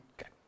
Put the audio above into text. Okay